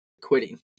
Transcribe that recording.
quitting